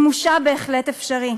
מימושה בהחלט אפשרי.